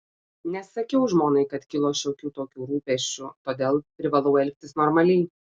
nesakiau žmonai kad kilo šiokių tokių rūpesčių todėl privalau elgtis normaliai